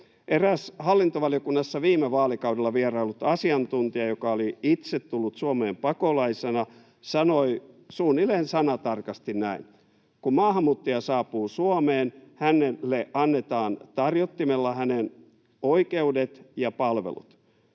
Eräs hallintovaliokunnassa viime vaalikaudella vieraillut asiantuntija, joka oli itse tullut Suomeen pakolaisena, sanoi suunnilleen sanatarkasti näin: ”Kun maahanmuuttaja saapuu Suomeen, hänelle annetaan tarjottimella hänen oikeutensa ja palvelut.